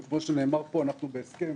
וכמו שנאמר פה, אנחנו בהסכם